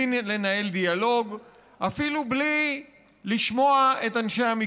בלי לנהל דיאלוג,